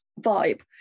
vibe